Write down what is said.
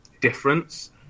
difference